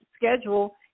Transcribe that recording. schedule